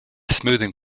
smoothing